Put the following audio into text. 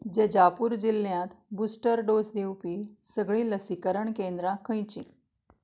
जजापूर जिल्ल्यांत booster dose दिवपी सगळीं लसीकरण केंद्रां खंयचीं